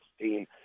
team